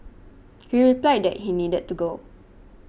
he replied that he needed to go